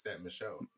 Michelle